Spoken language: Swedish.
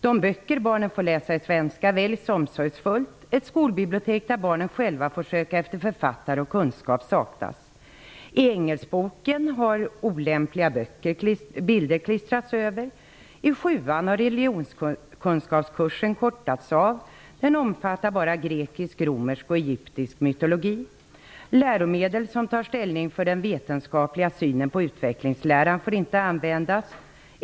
De böcker barnen får läsa i Svenska väljs omsorgsfullt. Ett skolbibliotek där barnen själva får söka efter författare och kunskap saknas. I engelskboken har olämpliga bilder klistrats över. Den omfattar bara grekisk, romersk och egyptisk mytologi. Läromedel som tar ställning för den vetenskapliga synen på utvecklingsläran får inte användas.